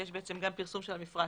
יש גם פרסום של המפרט